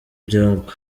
ibyago